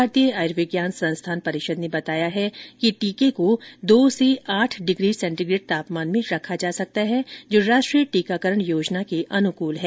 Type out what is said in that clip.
भारतीय आयुर्विज्ञान संस्थान परिषद ने बताया है कि टीके को दो से आठ डिग्री सेंटीग्रेड तापमान में रखा जा सकता है जो राष्ट्रीय टीकाकरण योजना के अनुकूल है